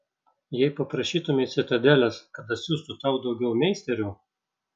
jei paprašytumei citadelės kad atsiųstų tau daugiau meisterių